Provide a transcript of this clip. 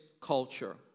culture